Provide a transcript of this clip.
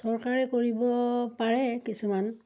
চৰকাৰে কৰিব পাৰে কিছুমান